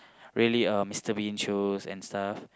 really uh Mister-Bean shows and stuff